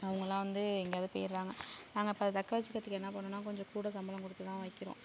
அவங்களாம் வந்து எங்கேயாவது போயிட்றாங்க நாங்கள் அப்போ அதை தக்க வச்சிக்கிறதுக்கு என்ன பண்ணணும் கொஞ்சம் கூட சம்பளம் கொடுத்துதான் வைக்கிறோம்